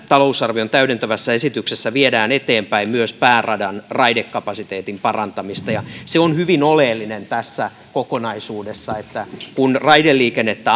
talousarvion täydentävässä esityksessä viedään eteenpäin myös pääradan raidekapasiteetin parantamista se on hyvin oleellinen tässä kokonaisuudessa kun raideliikennettä